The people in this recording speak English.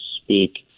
speak